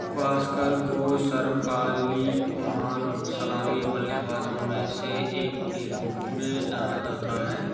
गावस्कर को सर्वकालिक महान सलामी बल्लेबाजों में से एक के रूप में जाना जाता है